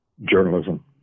journalism